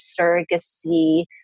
surrogacy